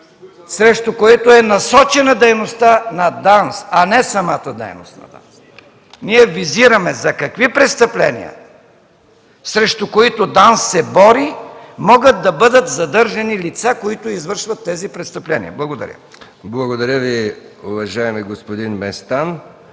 срещу които е насочена дейността на ДАНС, не самата дейност на ДАНС! Ние визираме за какви престъпления, срещу които ДАНС се бори, могат да бъдат задържани лица, които извършват тези престъпления. Благодаря. ПРЕДСЕДАТЕЛ МИХАИЛ МИКОВ: Благодаря Ви, уважаеми господин Местан.